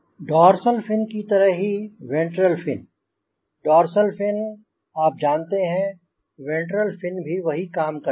dorsal fin की तरह ही वेंट्रल फिन डोर्सल फिन आप जानते हैं वेंट्रल फिन भी वही काम करते हैं